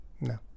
No